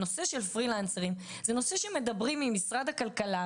הנושא של פרילנסרים זה נושא שמדברים עם משרד הכלכלה,